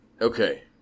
Okay